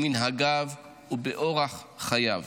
במנהגיו ובאורח חייו.